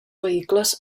vehicles